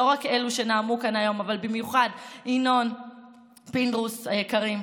לא רק אלו שנאמו כאן היום אבל במיוחד ינון ופינדרוס היקרים,